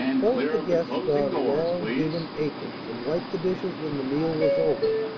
both the guests donned long gingham aprons and wiped the dishes when the meal was over,